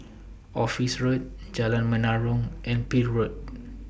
Office Road Jalan Menarong and Peel Road